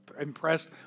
impressed